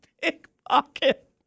pickpocket